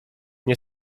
nie